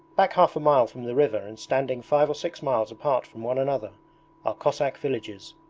back half a mile from the river and standing five or six miles apart from one another, are cossack villages.